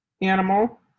Animal